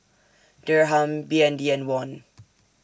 Dirham B N D and Won